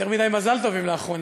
יותר מדי מזל-טובים לאחרונה.